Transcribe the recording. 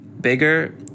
bigger